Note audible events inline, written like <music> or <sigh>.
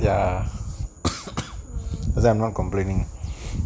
ya <coughs> that's why I'm not complaining